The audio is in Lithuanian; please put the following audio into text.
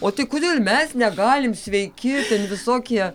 o tai kodėl mes negalim sveiki ten visokie